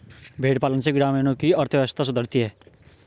भेंड़ पालन से ग्रामीणों की अर्थव्यवस्था सुधरती है